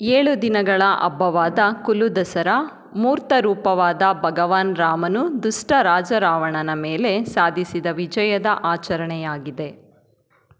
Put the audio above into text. ಏಳು ದಿನಗಳ ಹಬ್ಬವಾದ ಕುಲು ದಸರಾ ಮೂರ್ತರೂಪವಾದ ಭಗವಾನ್ ರಾಮನು ದುಷ್ಟ ರಾಜ ರಾವಣನ ಮೇಲೆ ಸಾಧಿಸಿದ ವಿಜಯದ ಆಚರಣೆಯಾಗಿದೆ